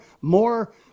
more